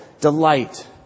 Delight